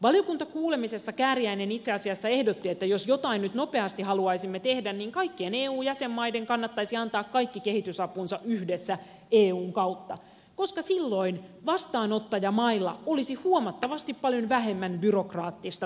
valiokuntakuulemisessa kääriäinen itse asiassa ehdotti että jos jotain nyt nopeasti haluaisimme tehdä niin kaikkien eu jäsenmaiden kannattaisi antaa kaikki kehitysapunsa yhdessä eun kautta koska silloin vastaanottajamailla olisi huomattavasti paljon vähemmän byrokraattista taakkaa